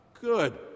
good